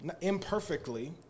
imperfectly